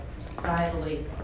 societally